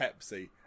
Pepsi